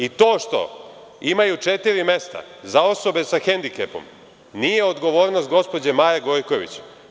I to što imaju četiri mesta za osobe sa hendikepom nije odgovornost gospođe Maje Gojković.